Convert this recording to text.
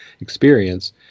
experience